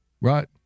Right